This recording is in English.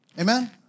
Amen